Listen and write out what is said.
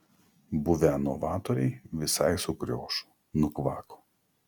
buvę novatoriai visai sukriošo nukvako